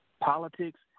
politics